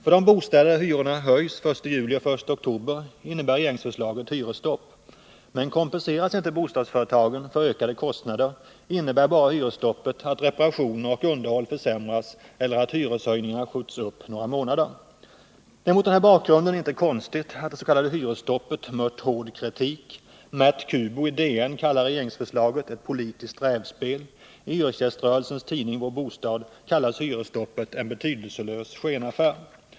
För de bostäder där hyrorna höjs den 1 juli och den 1 okwober innebär regeringsförslaget hyresstopp. Men kompenseras inte bostadsföretagen för ökade kostnader innebär hyresstoppet bara att reparationer och underhåll försämras eller att hyreshöjningarna skjuts upp några månader. Det är mot den här bakgrunden inte konstigt att dets.k. hyresstoppet mött hård kritik. Mert Kubu i DN kallar regeringsförslaget ett politiskt rävspel. I hyresgäströrelsens tidning Vår Bostad kallas hyresstoppet en betydelselös skenaffär.